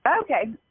Okay